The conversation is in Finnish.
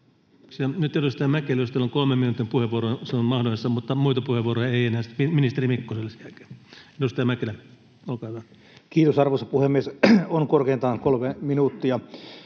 Nyt, edustaja Mäkelä, jos teillä on kolmen minuutin puheenvuoro, se on mahdollista pitää, mutta muita puheenvuoroja ei enää. Ministeri Mikkoselle sen jälkeen. — Edustaja Mäkelä, olkaa hyvä. [Speech 151] Speaker: Jani